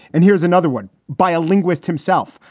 and here's another one by a linguist himself,